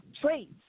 traits